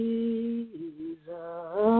Jesus